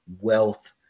wealth